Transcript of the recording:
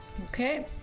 Okay